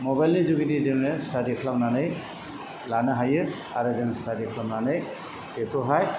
mobile नि जुगेदि जोङो स्टादि खालामनानै एसे लानो हायो आरो जों स्टादि खालामनानै बेखौहाय